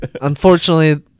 unfortunately